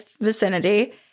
vicinity